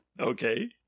Okay